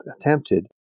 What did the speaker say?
attempted